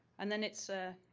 and then it's a